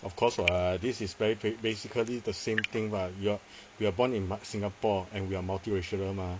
of course [what] this is very basically the same thing [what] you're we are born in singapore and we are multiracial mah